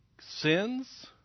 sins